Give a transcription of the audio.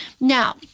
Now